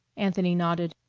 anthony nodded.